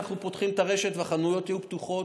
אנחנו פותחים את הרשת והחנויות יהיו פתוחות,